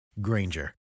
Granger